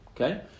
Okay